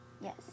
Yes